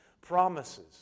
promises